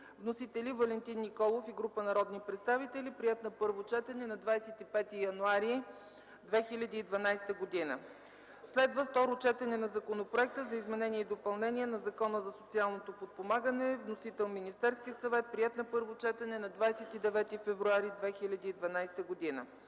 Вносители – Валентин Николов и група народни представители. Приет на първо четене на 25 януари 2012 г. 3. Второ четене на Законопроекта за изменение и допълнение на Закона за социално подпомагане. Вносител – Министерският съвет. Приет на първо четене на 29 февруари 2012 г.